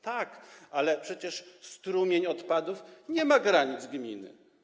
Tak, ale przecież strumień odpadów nie ma granic gminy.